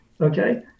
okay